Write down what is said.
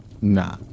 nah